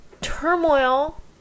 turmoil